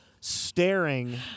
staring